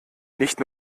nicht